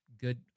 Good